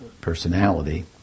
personality